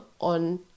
on